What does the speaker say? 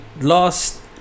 last